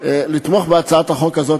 לתמוך בהצעת החוק הזאת.